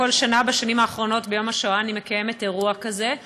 בכל שנה בשנים האחרונות אני מקיימת אירוע כזה ביום השואה.